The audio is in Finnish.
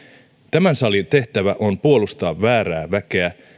tämän salin tehtävä on puolustaa väärää väkeä